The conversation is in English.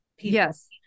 Yes